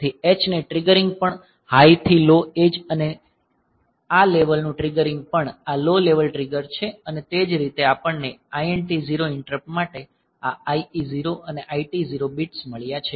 તેથી H triggering પણ high થી લો એડ્જ અને આ લેવલ ટ્રિગરિંગ પણ આ લો લેવલ ટ્રિગર છે અને તે જ રીતે આપણને INT0 ઈંટરપ્ટ માટે આ IE0 અને IT0 બિટ્સ મળ્યા છે